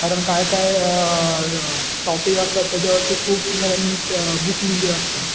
कारण काही काही टॉपिक असतात त्याच्यावरती खूप जणांनी ते बुक लिहिली असतात